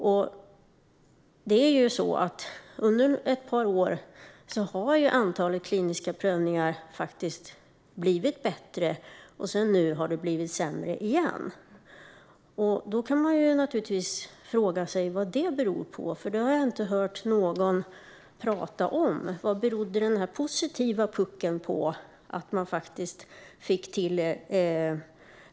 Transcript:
Under ett par år har situationen när det gäller antalet kliniska prövningar faktiskt blivit bättre, men nu har den blivit sämre igen. Man kan naturligtvis fråga sig vad detta beror på. Det har jag inte hört något tala om. Vad berodde den positiva puckeln på?